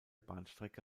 bahnstrecke